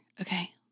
Okay